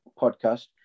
podcast